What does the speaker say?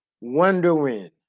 wondering